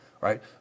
right